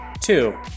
two